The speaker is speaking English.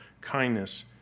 kindness